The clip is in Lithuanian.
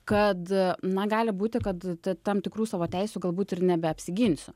kad na gali būti kad tam tikrų savo teisių galbūt ir nebeapsiginsiu